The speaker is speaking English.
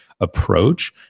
approach